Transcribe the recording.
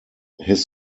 his